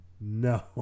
No